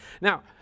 Now